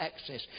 access